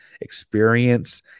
experience